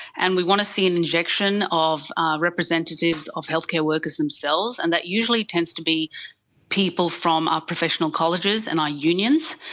and we want to see an injection of representatives of healthcare workers themselves, and that usually tends to be people from our professional colleges and our unions.